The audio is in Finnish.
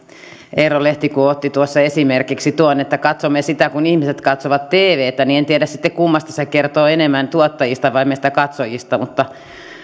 eero lehti kun otti tuossa esimerkiksi tuon että katsomme sitä kun ihmiset katsovat tvtä niin en tiedä sitten kummasta se kertoo enemmän tuottajista vai meistä katsojista